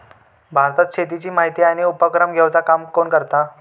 भारतात शेतीची माहिती आणि उपक्रम घेवचा काम कोण करता?